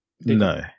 No